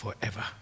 forever